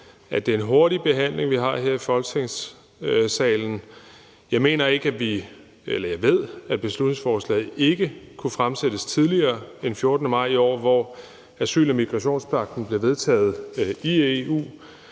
at det er en hurtig behandling, vi har her i Folketingssalen. Jeg ved, at beslutningsforslaget ikke kunne fremsættes tidligere end den 14. maj i år, hvor asyl- og migrationspagten blev vedtaget i EU.